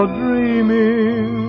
dreaming